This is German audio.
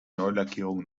neulackierung